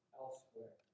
elsewhere